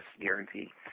guarantee